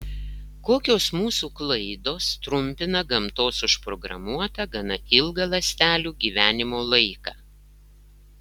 kokios mūsų klaidos trumpina gamtos užprogramuotą gana ilgą ląstelių gyvenimo laiką